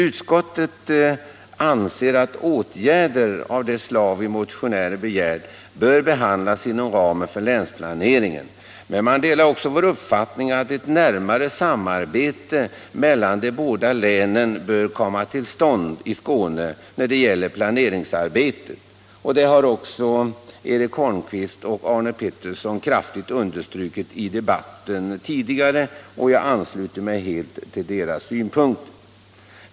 Utskottet anser att åtgärder av det slag vi motionärer begärt bör behandlas inom ramen för länsplaneringen. Utskottet delar också vår uppfattning att ett närmare samarbete mellan de båda länen i Skåne bör komma till stånd i phaneringsfrågor. Det har också Eric Holmqvist och Arne Pettersson kraftigt understrukit tidigare i debatten, och jag ansluter mig helt till deras synpunkter.